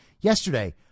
yesterday